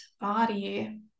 body